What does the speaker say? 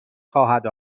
خواهد